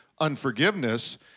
unforgiveness